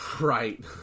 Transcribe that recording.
right